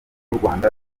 rwanda